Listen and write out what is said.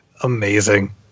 Amazing